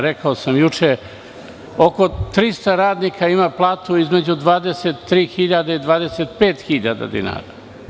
Rekao sam juče, oko 300 radnika ima platu između 23.000 i 25.000 dinara.